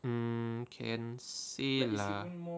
mm can say lah